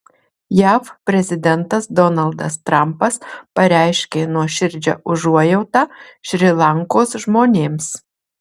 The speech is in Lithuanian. jav prezidentas donaldas trampas pareiškė nuoširdžią užuojautą šri lankos žmonėms